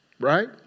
Right